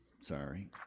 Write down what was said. Sorry